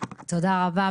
תודה רבה.